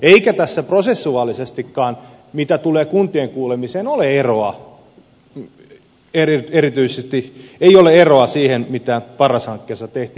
eikä tässä prosessuaalisestikaan mitä tulee kuntien kuulemiseen ole eroa siihen mitä paras hankkeessa tehtiin